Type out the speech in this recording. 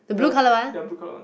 the s~ the blue color [one]